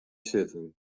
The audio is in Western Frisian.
sitten